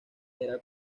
era